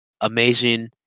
Amazing